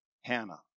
Hannah